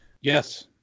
Yes